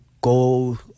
go